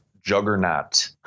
Juggernaut